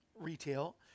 retail